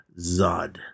Zod